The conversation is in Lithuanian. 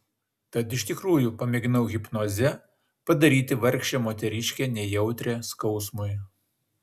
tad iš tikrųjų pamėginau hipnoze padaryti vargšę moteriškę nejautrią skausmui